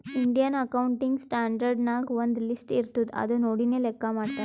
Indian accounting standard ನಾಗ್ ಒಂದ್ list ಇರ್ತುದ್ ಅದು ನೋಡಿನೇ ಲೆಕ್ಕಾ ಮಾಡ್ತಾರ್